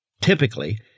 Typically